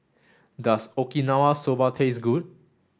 does Okinawa Soba taste good